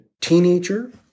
teenager